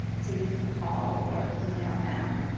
so you can call or email them.